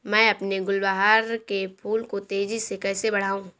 मैं अपने गुलवहार के फूल को तेजी से कैसे बढाऊं?